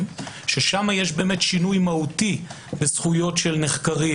ששם יש שינוי מהותי בזכויות של נחקרים.